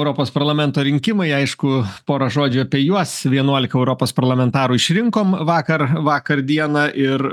europos parlamento rinkimai aišku pora žodžių apie juos vienuolika europos parlamentarų išrinkom vakar vakar dieną ir